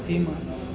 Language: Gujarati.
તેમાં